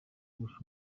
kurusha